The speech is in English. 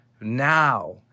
now